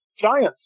giants